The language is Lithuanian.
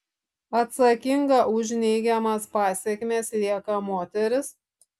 atsakinga už neigiamas pasekmes lieka moteris